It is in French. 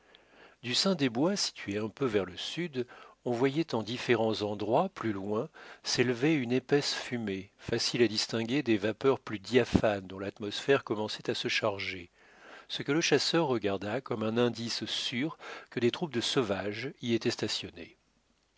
du sein des bois situés un peu vers le sud on voyait en différents endroits plus loin s'élever une épaisse fumée facile à distinguer des vapeurs plus diaphanes dont l'atmosphère commençait à se charger ce que le chasseur regarda comme un indice sûr que des troupes de sauvages y étaient stationnées